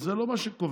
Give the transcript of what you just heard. זה לא מה שקובע.